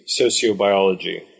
sociobiology